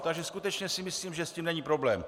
Takže skutečně si myslím, že s tím není problém.